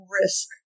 risk